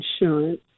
insurance